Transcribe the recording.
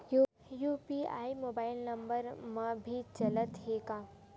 UPI mobile number मा भी चलते हे का?